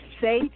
say